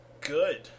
good